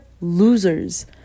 losers